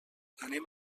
anem